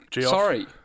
sorry